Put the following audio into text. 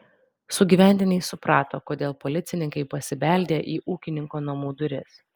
sugyventiniai suprato kodėl policininkai pasibeldė į ūkininko namų duris